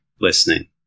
listening